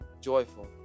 joyful